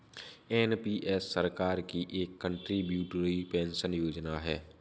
NPS सरकार की एक कंट्रीब्यूटरी पेंशन योजना है